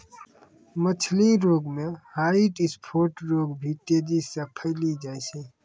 मछली रोग मे ह्वाइट स्फोट रोग भी तेजी से फैली जाय छै